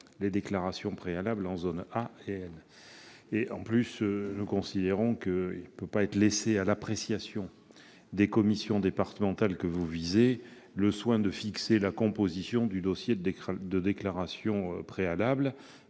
les déclarations préalables en zones A et N. De plus, nous considérons qu'on ne peut pas laisser à l'appréciation des commissions départementales visées la composition du dossier de déclaration préalable.